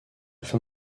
fin